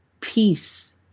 peace